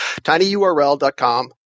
Tinyurl.com